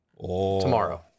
tomorrow